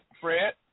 Fred